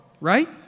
Right